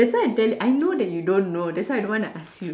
that's why I tell I know that you don't know that's why I don't want to ask